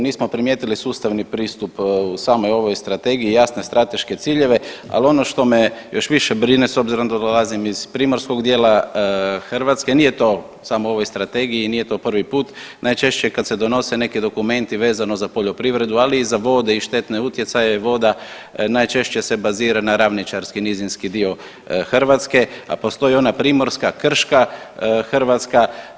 Nismo primijetili sustavni pristup u samoj ovoj strategiji i jasne strateške ciljeve, ali ono što me još više brine s obzirom da dolazim iz primorskog dijela Hrvatske, nije to samo u ovoj strategiji i nije to prvi put, najčešće kad se donose neki dokumenti vezani za poljoprivredu, ali i za vode i štetne utjecaje voda, najčešće se bazira na ravničarski nizinski dio Hrvatske, a postoji onda primorska, krška Hrvatska.